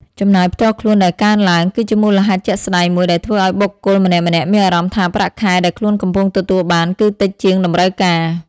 ចំណាយផ្ទាល់ខ្លួនដែលកើនឡើង គឺជាមូលហេតុជាក់ស្តែងមួយដែលធ្វើឲ្យបុគ្គលម្នាក់ៗមានអារម្មណ៍ថាប្រាក់ខែដែលខ្លួនកំពុងទទួលបានគឺតិចជាងតម្រូវការ។